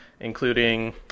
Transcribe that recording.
including